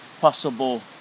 possible